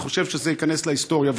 אני חושב שזה ייכנס להיסטוריה.